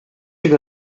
you